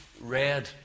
red